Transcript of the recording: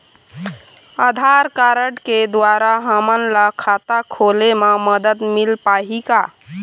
आधार card के द्वारा हमन ला खाता खोले म मदद मिल पाही का?